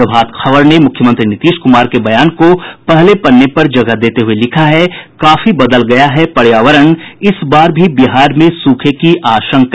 प्रभात खबर ने मुख्यमंत्री नीतीश कुमार के बयान को पहले पन्ने पर जगह देते हुए लिखा है काफी बदल गया है पर्यावरण इस बार भी बिहार में सूखे की आशंका